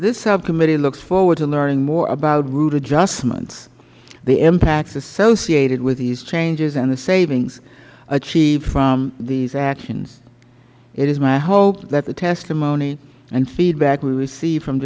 this subcommittee looks forward to learning more about route adjustments the impacts associated with these changes and the savings achieved from these actions it is my hope that the testimony and feedback we receive from